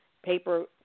Paper